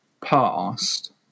past